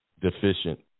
deficient